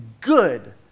good